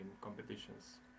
competitions